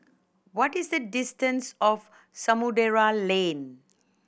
what is the distance of Samudera Lane